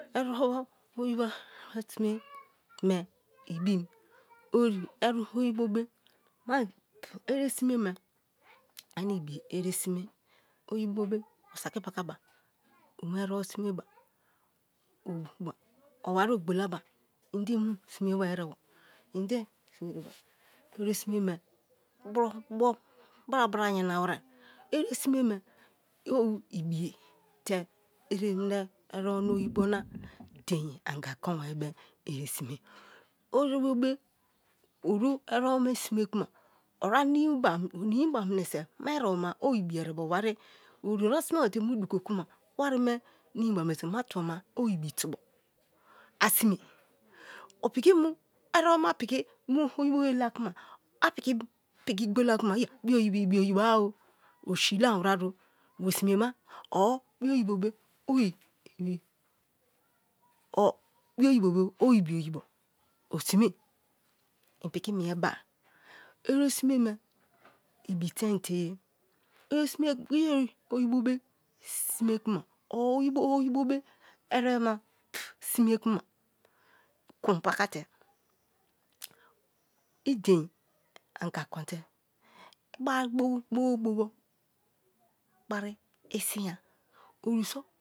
Enebo oyibo a sine me ibin eresime me ane ibi oresime, oyibo osaki paka ba o mu erebo sime ba o wara ogbolaba i de i mu sime ba erebo i de eresi ine me bobo, bra-bra yana were eresime ine o ibiye te erebo na oyibo be o eribo me sine kuma o onimi ba menese mi orcho ma o ibi erebo owari o asimeba te mu dugo kuma wari me nimi ba minese ma tubo ma o ibi tubo asime o piki mu ereboma piki mu oyibo be la kuma i piki mieba. Ersime ibi tein te ye i oyibo be sime kuma, or oyibo be erebo ma sime kuma, or oyibo be erebo ma sime kuma kun pakate i dein anga konte ba-a bobo bari isin ya owugo